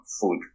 food